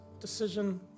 decision